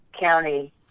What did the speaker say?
county